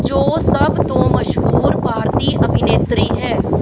ਜੋ ਸਭ ਤੋਂ ਮਸ਼ਹੂਰ ਭਾਰਤੀ ਅਭਿਨੇਤਰੀ ਹੈ